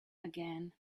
again